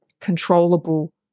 controllable